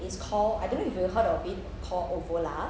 it's called I don't know if you've heard of it it's called ovora